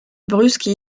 brusque